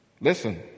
listen